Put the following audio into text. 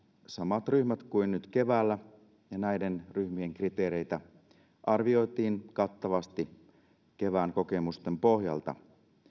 samat ryhmät kuin nyt keväällä ja näiden ryhmien kriteereitä arvioitiin kattavasti kevään kokemusten pohjalta